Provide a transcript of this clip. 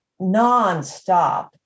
nonstop